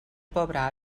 pobre